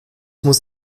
muss